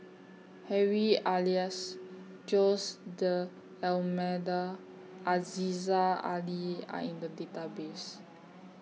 Harry Elias Jose D Almeida Aziza Ali Are in The Database